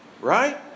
Right